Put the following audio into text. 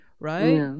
right